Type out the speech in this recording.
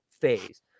phase